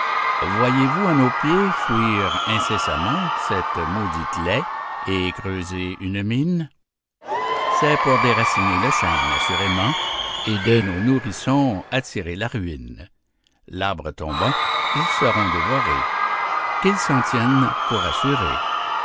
voyez-vous à nos pieds fouir incessamment cette maudite laie et creuser une mine c'est pour déraciner le chêne assurément et de nos nourrissons attirer la ruine l'arbre tombant ils seront dévorés qu'ils s'en tiennent pour assurés